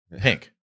Pink